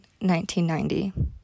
1990